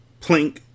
plink